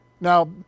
Now